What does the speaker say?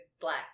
black